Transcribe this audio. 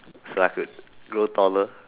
is like a grow taller